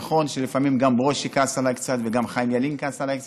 נכון שלפעמים גם ברושי כעס עליי קצת וגם חיים ילין כעס עליי קצת,